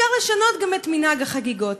אפשר גם לשנות את מנהג החגיגות,